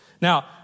Now